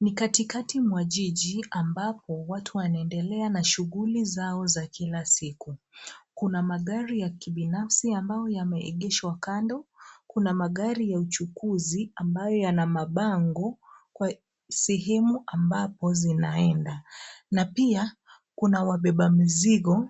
Ni katikati mwa jiji ambapo watu wanaendelea na shughuli zao za kila siku. Kuna magari ya kibinafsi ambayo yameegeshwa kando, kuna magari ya uchukuzi ambayo yana mabango kwa sehemu ambapo zinaenda na pia kuna wabeba mzigo